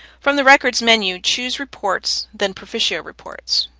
from the record menu, choose reports, then proficio reports.